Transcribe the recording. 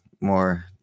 more